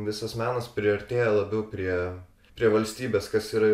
visas menas priartėja labiau prie prie valstybės kas yra